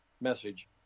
message